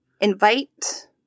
invite